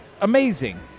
Amazing